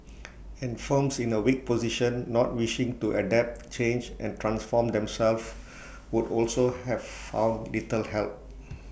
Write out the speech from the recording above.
and firms in A weak position not wishing to adapt change and transform themselves would also have found little help